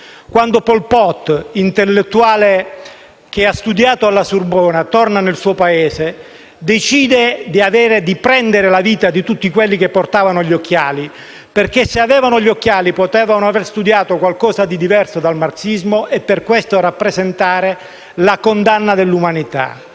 Quando Pol Pot, intellettuale che ha studiato alla Sorbona, torna nel suo Paese, decide di togliere la vita a coloro che portavano gli occhiali, perché se avevano gli occhiali potevano aver studiato qualcosa di diverso dal marxismo e per questo rappresentare la condanna dell'umanità.